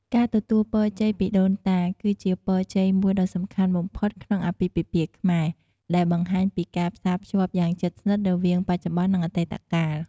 ការទទួលពរជ័យពីដូនតា គឺជាពរជ័យមួយដ៏សំខាន់បំផុតក្នុងអាពាហ៍ពិពាហ៍ខ្មែរ ដែលបង្ហាញពីការផ្សារភ្ជាប់យ៉ាងជិតស្និទ្ធរវាងបច្ចុប្បន្ន និងអតីតកាល។